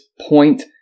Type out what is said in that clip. point